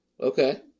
Okay